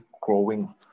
growing